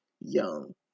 Young